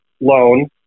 loan